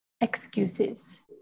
excuses